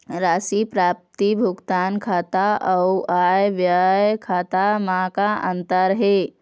राशि प्राप्ति भुगतान खाता अऊ आय व्यय खाते म का अंतर हे?